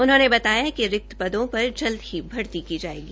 उन्होंने बताया कि रिक्त पदों पर जल्द ही भर्ती की जायेगी